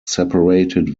separated